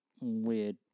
weird